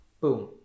Boom